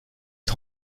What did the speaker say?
est